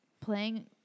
playing